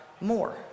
more